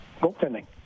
Goaltending